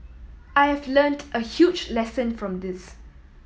I have learnt a huge lesson from this